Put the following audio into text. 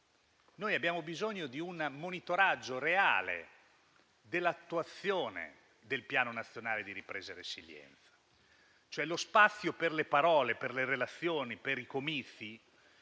Abbiamo bisogno di un monitoraggio reale dell'attuazione del Piano nazionale di ripresa e resilienza. Lo spazio per le parole, per le relazioni e per i comizi